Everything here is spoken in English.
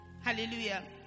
Hallelujah